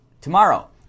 tomorrow